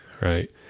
Right